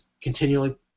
continually